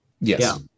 Yes